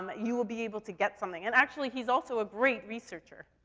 um you will be able to get something. and actually, he's also a great researcher.